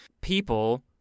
people